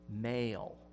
male